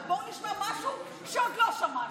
בואו נשמע משהו שעוד לא שמענו.